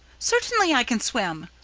certainly i can swim,